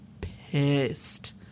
pissed